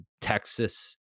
Texas